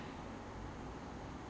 his office is like occupied